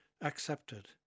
accepted